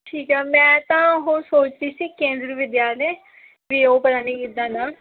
ਠੀਕ ਹੈ ਮੈਂ ਤਾਂ ਉਹ ਸੋਚਦੀ ਸੀ ਕੇਂਦਰੀ ਵਿਦਿਆਲੇ ਵੀ ਉਹ ਪਤਾ ਨਹੀਂ ਕਿੱਦਾਂ ਦਾ